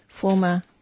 former